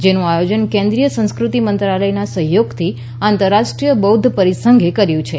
જેનું આયોજન કેન્દ્રીય સંસ્કૃતિ મંત્રાલયના સહયોગથી આંતરરાષ્રીય ય બૌધ્ધ પરિસંઘે કર્યું છે